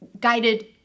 guided